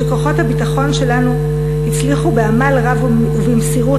שכוחות הביטחון שלנו הצליחו בעמל רב ובמסירות